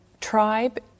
tribe